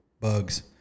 bugs